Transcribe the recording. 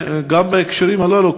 גם בהקשרים הללו,